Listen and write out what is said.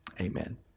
Amen